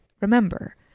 remember